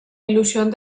ilusión